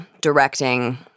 directing